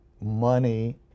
money